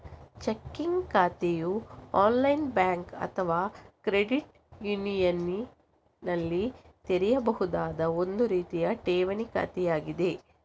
checking ಖಾತೆಯು online bank ಅಥವಾ credit ಯೂನಿಯನಿನಲ್ಲಿ ತೆರೆಯಬಹುದಾದ ಒಂದು ರೀತಿಯ ಠೇವಣಿ ಖಾತೆಯಾಗಿದೆ